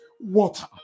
water